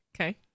Okay